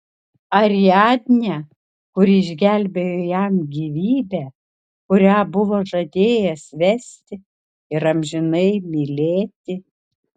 ariadnę kuri išgelbėjo jam gyvybę kurią buvo žadėjęs vesti ir amžinai mylėti